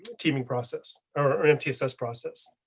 teaming process or mtss process.